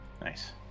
Nice